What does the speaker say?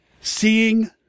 Seeing